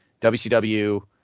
WCW